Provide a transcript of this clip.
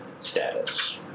status